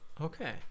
Okay